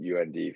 UND